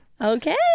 Okay